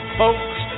folks